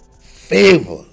Favor